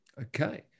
Okay